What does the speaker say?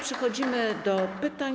Przechodzimy do pytań.